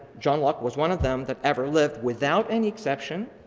john locke was one of them that ever lived without any exception.